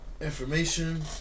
Information